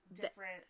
different